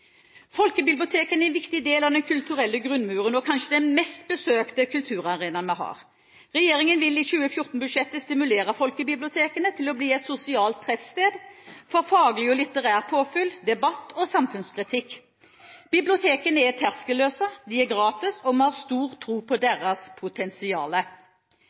Folkebibliotekene er en viktig del av den kulturelle grunnmuren, og kanskje den best besøkte kulturarenaen vi har. Regjeringen vil i 2014-budsjettet stimulere folkebibliotekene til å bli et sosialt treffsted for faglig og litterært påfyll, debatt og samfunnskritikk. Bibliotekene er terskelløse, de er gratis og vi har stor tro på